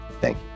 Thank